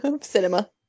cinema